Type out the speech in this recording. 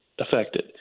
affected